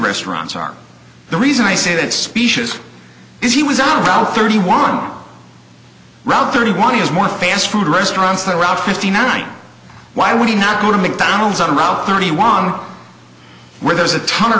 restaurants are the reason i say that specious is he was on route thirty one route thirty one is more fast food restaurants the route fifty nine why would he not go to mcdonald's on route thirty one where there's a ton of